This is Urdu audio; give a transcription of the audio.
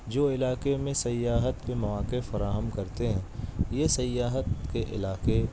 جو علاقے میں سیاحت کے مواقع فراہم کرتے ہیں یہ سیاحت کے علاقے